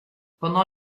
pendant